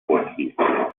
fortissimo